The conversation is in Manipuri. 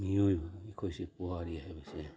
ꯃꯤꯑꯣꯏꯕ ꯑꯩꯈꯣꯏꯁꯦ ꯄꯨꯋꯥꯔꯤ ꯍꯥꯏꯕꯁꯦ